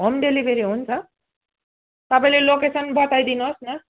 home delivery हुन्छ तपाईँले location बताइदिनुहोस् न